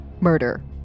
murder